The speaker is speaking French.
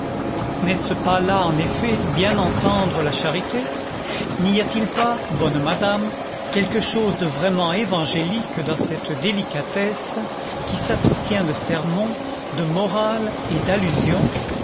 n'est-ce pas là en effet bien entendre la charité n'y a-t-il pas bonne madame quelque chose de vraiment évangélique dans cette délicatesse qui s'abstient de sermon de morale et d'allusion